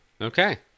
Okay